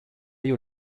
you